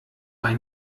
bei